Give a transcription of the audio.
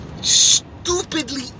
stupidly